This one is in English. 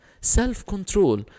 Self-control